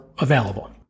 available